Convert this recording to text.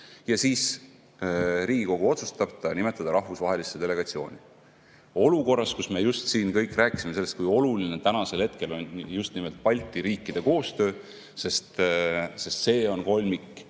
Ja Riigikogu otsustab ta nimetada rahvusvahelisse delegatsiooni! Olukorras, kus me siin kõik rääkisime sellest, kui oluline on tänasel hetkel just nimelt Balti riikide koostöö, sest see on kolmik,